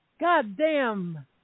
Goddamn